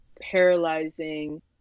paralyzing